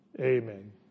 Amen